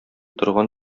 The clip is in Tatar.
торган